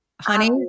honey